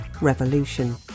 revolution